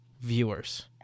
viewers